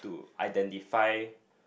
identify